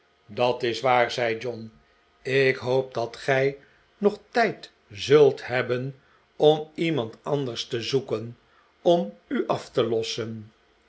dat is waar zei john ik hoop dat gij nog tijd zult hebben om iemand anders te zoeken om u af te lossen